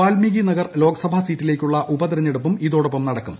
വാൽമീകി നഗർ ലോക്സഭാ സീറ്റിലേക്കുള്ള ഉപതെരഞ്ഞെടുപ്പും ഇതോടൊപ്പം നടക്കും